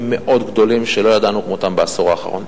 מאוד גדולים שלא ידענו כמותם בעשור האחרון.